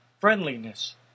friendliness